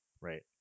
Right